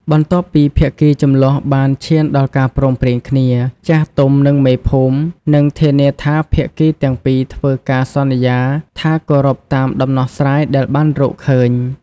បន្ទាប់ពីភាគីជម្លោះបានឈានដល់ការព្រមព្រៀងគ្នា ចាស់ទុំ និងមេភូមិ នឹងធានាថាភាគីទាំងពីរធ្វើការសន្យាថាគោរពតាមដំណោះស្រាយដែលបានរកឃើញ។